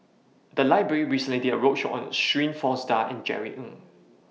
The Library recently did A roadshow on Shirin Fozdar and Jerry Ng